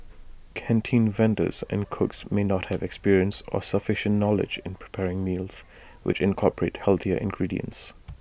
canteen vendors and cooks may not have experience or sufficient knowledge in preparing meals which incorporate healthier ingredients